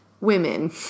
women